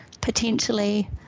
potentially –